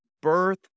birth